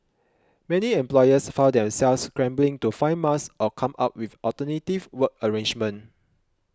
many employers found themselves scrambling to find masks or come up with alternative work arrangements